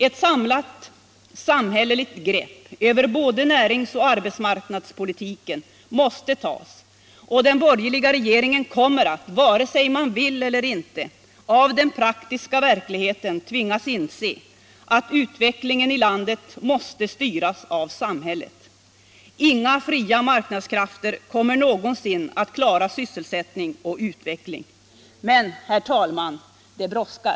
Ett samlat samhälleligt grepp över näringsoch arbetsmarknadspolitiken måste tas, och den borgerliga regeringen kommer att — vare sig den vill eller inte — av den praktiska verkligheten tvingas inse att utvecklingen i landet måste styras av samhället. Inga fria marknadskrafter kommer någonsin att klara sysselsättningen och utvecklingen. Men, herr talman, det brådskar!